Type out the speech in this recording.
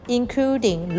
Including